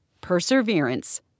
perseverance